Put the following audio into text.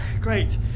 Great